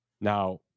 Now